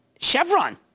Chevron